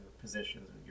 positions